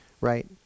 right